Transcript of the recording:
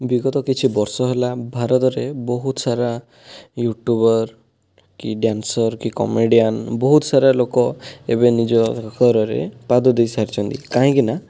ବିଗତ କିଛି ବର୍ଷ ହେଲା ଭାରତରେ ବହୁତ ସାରା ୟୁଟ୍ୟୁବର କି ଡ୍ୟାନ୍ସର କି କମେଡ଼ିଆନ ବହୁତ ସାରା ଲୋକ ଏବେ ନିଜ ଘରରେ ପାଦ ଦେଇ ସାରିଛନ୍ତି କାହିଁକି ନା